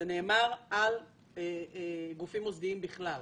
זה נאמר על גופים מוסדיים בכלל.